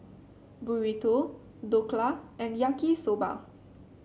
Burrito Dhokla and Yaki Soba